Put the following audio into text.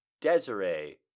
Desiree